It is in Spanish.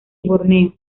borneo